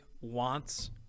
wants